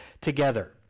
together